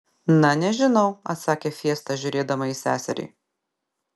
na nežinau atsakė fiesta žiūrėdama į seserį